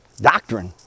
doctrine